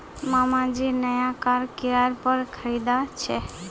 मामा जी नया कार किराय पोर खरीदा छे